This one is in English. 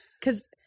because-